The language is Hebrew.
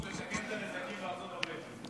נסעו לתקן את הנזקים בארצות הברית.